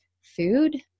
food